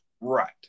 Right